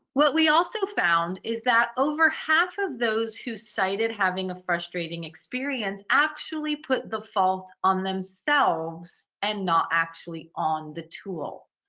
what we also found is that over half of those who cited having a frustrating experience actually put the fault on themselves and not actually on on the tool.